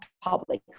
public